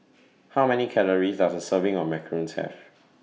How Many Calories Does A Serving of Macarons Have